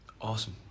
awesome